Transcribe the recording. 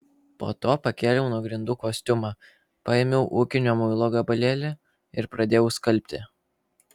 po to pakėliau nuo grindų kostiumą paėmiau ūkinio muilo gabalėlį ir pradėjau skalbti